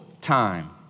time